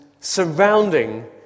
surrounding